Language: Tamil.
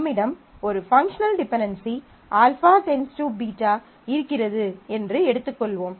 நம்மிடம் ஒரு பங்க்ஷனல் டிபென்டென்சி α → β இருக்கிறது என்று எடுத்துக்கொள்வோம்